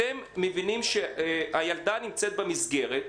אתם מבינים שהילדה נמצאת במסגרת.